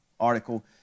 article